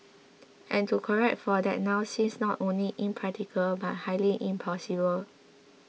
and to correct for that now seems not only impractical but highly impossible